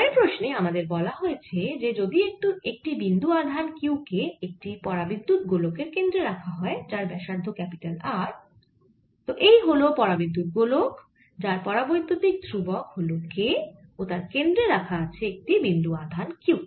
পরের প্রশ্নে আমাদের বলা হয়েছে যে যদি একটি বিন্দু আধান q কে একটি পরাবিদ্যুত গোলকের কেন্দ্রে রাখা হয়েছে যার ব্যাসার্ধ R তো এই হল পরাবিদ্যুত গোলক যার পরাবৈদ্যুতিক ধ্রুবক হল kও তার কেন্দ্রে রাখা আছে একটি বিন্দু আধান q